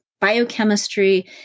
biochemistry